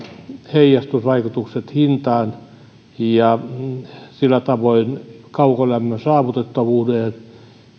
heijastusvaikutukset hintaan ja sillä tavoin kaukolämmön saavutettavuuteen